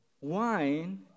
wine